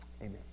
amen